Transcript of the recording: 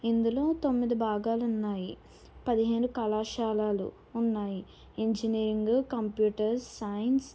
ఇందులో తొమ్మిది భాగాలు ఉన్నాయి పదిహేను కళాశాలాలు ఉన్నాయి ఇంజినీరింగ్ కంప్యూటర్స్ సైన్స్